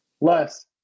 Less